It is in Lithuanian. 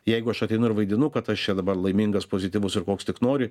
jeigu aš ateinu ir vaidinu kad aš čia dabar laimingas pozityvus ir koks tik nori